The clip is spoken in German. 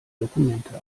dokumente